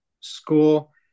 school